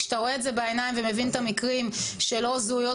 כשאתה רואה את זה בעיניים ומבין את המקרים של או זהויות